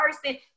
person